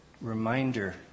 reminder